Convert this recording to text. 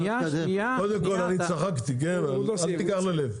קודם כל אני צחקתי, אל תיקח ללב.